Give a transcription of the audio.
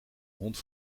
hond